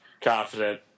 confident